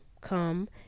come